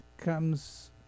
comes